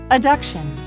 Adduction